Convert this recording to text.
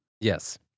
Yes